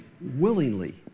willingly